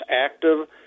active